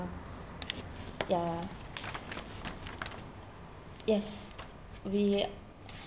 ya yes we